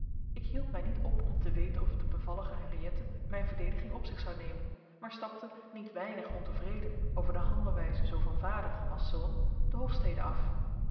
ik hield mij niet op om te weten of de bevallige henriëtte mijn verdediging op zich zou nemen maar stapte niet weinig ontevreden over de handelwijze zoo van vader als zoon de hofstede af